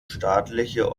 staatliche